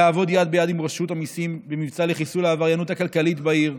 לעבוד יד ביד עם רשות המיסים במבצע לחיסול העבריינות הכלכלית בעיר,